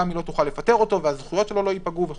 לא תוכל לפטר אותו והזכויות שלו לא יפגעו.